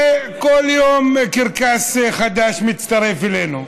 וכל יום קרקס חדש מצטרף אלינו.